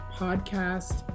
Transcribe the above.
podcast